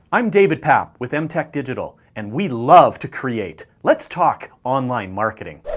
i'm david papp, with mtek digital. and we love to create. let's talk online marketing.